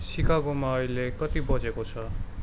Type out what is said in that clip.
सिकागोमा अहिले कति बजेको छ